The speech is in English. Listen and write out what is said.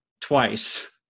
twice